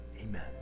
Amen